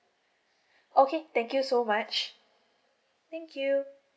okay thank you so much thank you